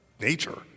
nature